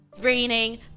Raining